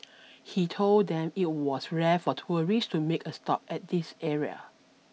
he told them it was rare for tourists to make a stop at this area